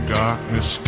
darkness